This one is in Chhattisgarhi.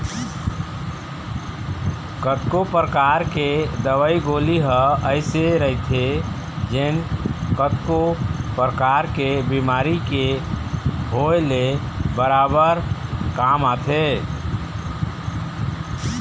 कतको परकार के दवई गोली ह अइसे रहिथे जेन कतको परकार के बेमारी के होय ले बरोबर काम आथे